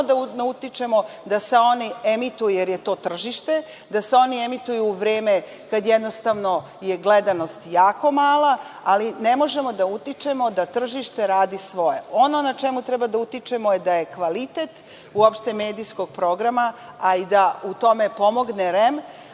da utičemo da se one emituju, jer je to tržište, da se oni emituju u vreme kada jednostavno je gledanost jako mala, ali ne možemo da utičemo da tržište radi svoje. Ono na čemu treba da utičemo da kvalitet uopšte medijskog programa, a i da u tome pomogne REM,